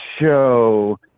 show